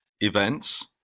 events